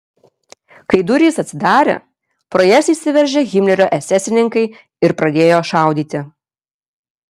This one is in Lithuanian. kai durys atsidarė pro jas įsiveržė himlerio esesininkai ir pradėjo šaudyti